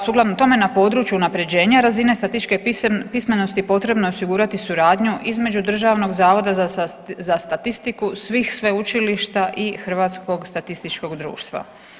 Sukladno tome na području unaprjeđenja razine statističke pismenosti potrebno je osigurati suradnju između Državnog zavoda za statistiku svih sveučilišta i Hrvatskog statističkog društva.